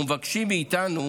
ומבקשים מאיתנו